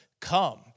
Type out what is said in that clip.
come